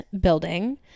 Building